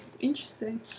interesting